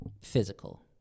physical